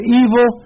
evil